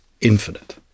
infinite